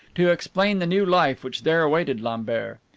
to explain the new life which there awaited lambert.